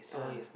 ah